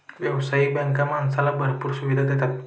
व्यावसायिक बँका माणसाला भरपूर सुविधा देतात